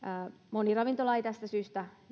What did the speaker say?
moni ravintola ei tästä syystä